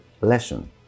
lesson